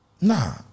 Nah